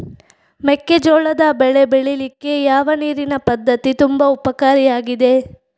ಮೆಕ್ಕೆಜೋಳದ ಬೆಳೆ ಬೆಳೀಲಿಕ್ಕೆ ಯಾವ ನೀರಿನ ಪದ್ಧತಿ ತುಂಬಾ ಉಪಕಾರಿ ಆಗಿದೆ?